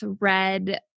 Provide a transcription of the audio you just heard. red